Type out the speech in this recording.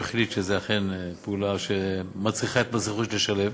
החליט שזו אכן פעולה שמצריכה את מס רכוש לשלם.